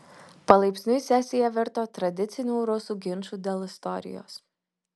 palaipsniui sesija virto tradiciniu rusų ginču dėl istorijos